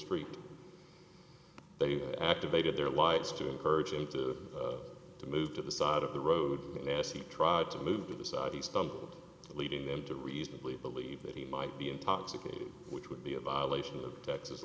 street they activated their lights to encourage him to move to the side of the road and as he tried to move to the side he stumbled leading them to reasonably believe that he might be intoxicated which would be a violation of texas